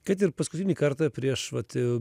kad ir paskutinį kartą prieš vat